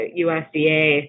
USDA